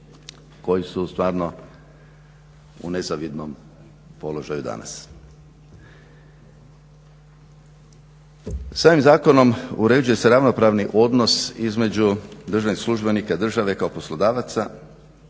koji su stvarno u nezavidnom položaju danas. S ovim zakonom uređuje se ravnopravni odnos između državnih službenika i države kao poslodavca,